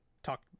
Talk